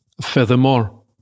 Furthermore